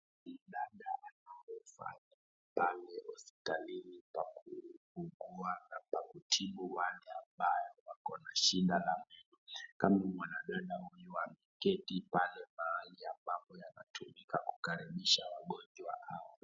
Huyu dada anauza pale Hospitalini pa kuugua na pa kutibu wale ambao wako na shida, kama mwanadada huyu ameketi pale ambapo kunatumika kuwakaribisha wagonjwa hao.